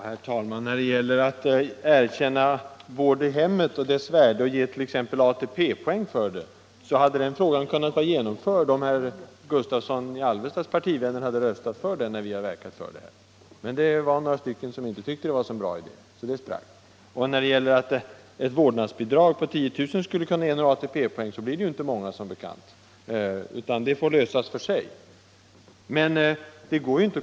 Herr talman! När det gäller att erkänna värdet av vård i hemmet och ge t.ex. ATP-poäng för sådan vård, så hade den saken kunnat vara genomförd om herr Gustavssons i Alvesta partivänner hade röstat för den för flera år sedan. Men det var några centerpartister som inte tyckte att det var en så bra idé, så den sprack. Beträffande detta att ett vårdnadsbidrag på 10 000 kr. skulle kunna ge några ATP-poäng, så blir det ju inte många, som bekant, utan den frågan får lösas för sig.